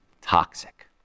toxic